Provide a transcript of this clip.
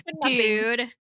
dude